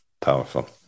powerful